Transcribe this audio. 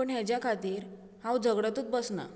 पूण हाज्या खातीर हांव झगडतूच बसना